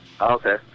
Okay